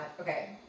okay